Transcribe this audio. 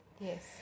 Yes